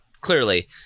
clearly